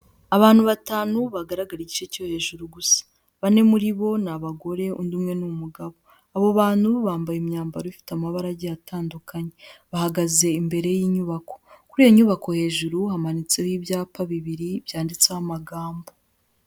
Abantu batanu bagaragara igice cyo hejuru gusa. Bane muri bo ni abagore undi umwe n'umugabo. Abo bantu bambaye imyambaro ifite amabarage agiye atandukanye. Bahagaze imbere y'inyubako. Kuri iyo nyubako hejuru hamanitseho ibyapa bibiri byanditseho amagambo.